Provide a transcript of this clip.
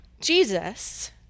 Jesus